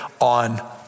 on